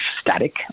static